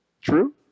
True